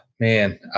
Man